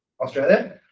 Australia